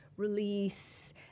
release